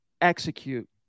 execute